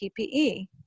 PPE